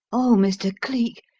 oh, mr. cleek,